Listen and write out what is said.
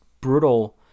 brutal